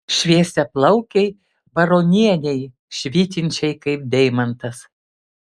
šviesiaplaukei baronienei švytinčiai kaip deimantas